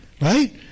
Right